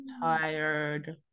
tired